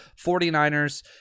49ers